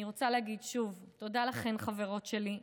אני רוצה להגיד שוב תודה לכן, חברות שלי.